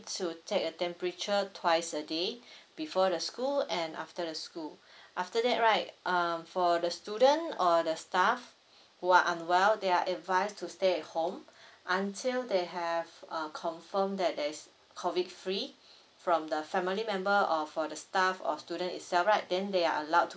to take the temperature twice a day before the school and after the school after that right um for the student or the staff who are unwell they are advised to stay at home until they have uh confirmed that there's COVID free from the family member or for the staff or student itself right then they are allowed to